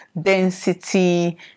density